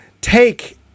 Take